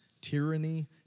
tyranny